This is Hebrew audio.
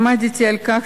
עמדתי על כך